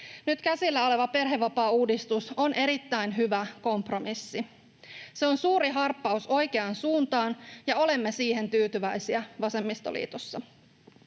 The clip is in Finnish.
Nyt käsillä oleva perhevapaauudistus on erittäin hyvä kompromissi. Se on suuri harppaus oikeaan suuntaan, ja olemme siihen tyytyväisiä vasemmistoliitossa.